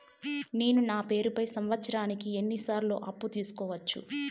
నేను నా పేరుపై సంవత్సరానికి ఎన్ని సార్లు అప్పు తీసుకోవచ్చు?